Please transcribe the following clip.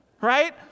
right